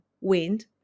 wind